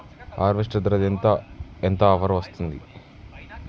Harvester ధర ఎంత ఎంత ఆఫర్ వస్తుంది?